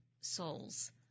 souls